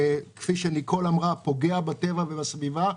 כפי שניקול אמרה זה פוגע בטבע ובסביבה.